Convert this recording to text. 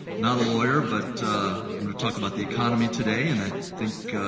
not a lawyer but i'm going to talk about the economy today and i think,